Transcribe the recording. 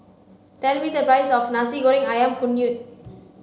tell me the price of nasi goreng ayam kunyit